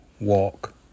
walk